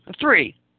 three